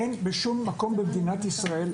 אין בשום מקום במדינת ישראל,